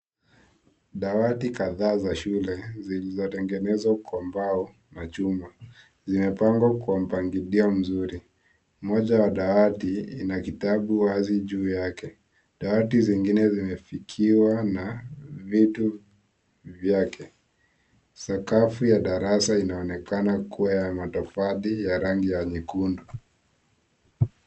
Dawati kadhaa za shule zilizotengenezwa kwa mbao na chuma zimepangwa kwa mpangilio mzuri , moja wa dawati ina kitabu juu yake , dawati zingine zimefikiwa na vitu vyake. Sakafu ya darasa inaonekana kuwa ya matofali ya rangi nyekundu.